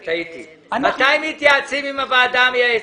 מתי מתייעצים עם הוועדה המייעצת?